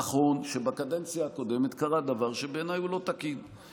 נכון שבקדנציה הקודמת קרה דבר שבעיניי הוא לא תקין,